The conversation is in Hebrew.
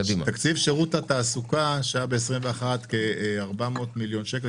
תקציב שירות התעסוקה שהיה ב-2021 כ-400 מיליון שקל,